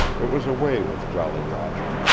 it was a way with jolly roger,